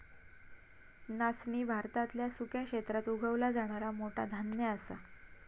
नाचणी भारतातल्या सुक्या क्षेत्रात उगवला जाणारा मोठा धान्य असा